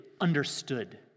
understood